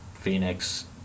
Phoenix